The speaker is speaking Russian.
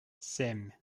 семь